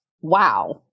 wow